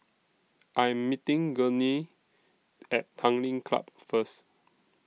I Am meeting Gurney At Tanglin Club First